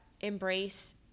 embrace